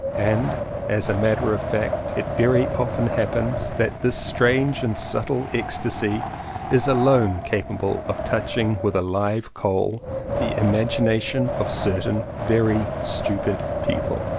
and as a matter of fact it very often happens that this strange and subtle ecstasy is alone capable of touching with a live coal the imagination of certain very stupid people.